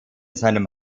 seinem